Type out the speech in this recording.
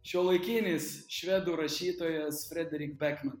šiuolaikinis švedų rašytojas frederik bekman